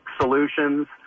solutions